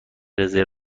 رزرو